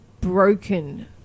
broken